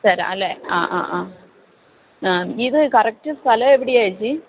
തരാം അല്ലേ ആ ആ ആ ആ ഇത് കറക്റ്റ് സ്ഥലം എവിടെയാണ് ചേച്ചി